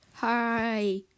Hi